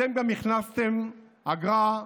אתם גם הכנסתם אגרה,